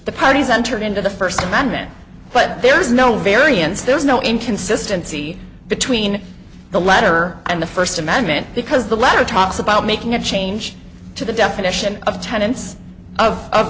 the parties entered into the first amendment but there is no variance there no inconsistency between the letter and the first amendment because the letter talks about making a change to the definition of attendance of